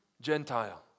Gentile